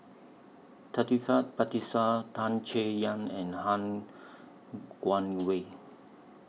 Taufik Batisah Tan Chay Yan and Han Guangwei